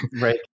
Right